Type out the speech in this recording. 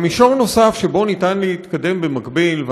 אבל מישור נוסף שבו אפשר להתקדם במקביל,